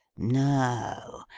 no.